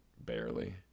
Barely